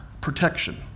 protection